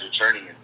returning